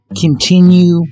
continue